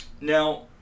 Now